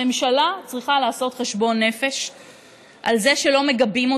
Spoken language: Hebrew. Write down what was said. הממשלה צריכה לעשות חשבון נפש על זה שלא מגבים אותם,